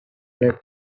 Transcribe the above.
blood